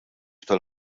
tal